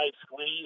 squeeze